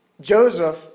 Joseph